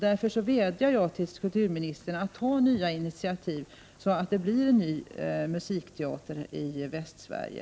Därför vädjar jag till kulturministern att ta nya initiativ för att det skall bli en ny musikteater i Västsverige.